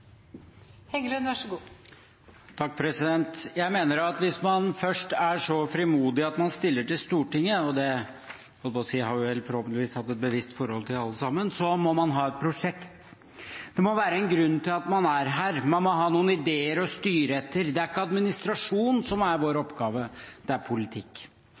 først er så frimodig at man stiller til valg til Stortinget – og det har vi vel forhåpentligvis hatt et bevisst forhold til, alle sammen – må man ha et prosjekt. Det må være en grunn til at man er her. Man må ha noen ideer å styre etter. Det er ikke administrasjon som er vår oppgave, det er politikk.